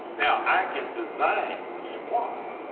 now i can design the squat